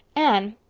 anne,